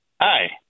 Hi